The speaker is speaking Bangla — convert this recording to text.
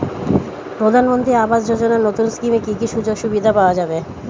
প্রধানমন্ত্রী আবাস যোজনা নতুন স্কিমে কি কি সুযোগ সুবিধা পাওয়া যাবে?